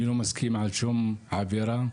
אני לא מסכים עם שום עבירה,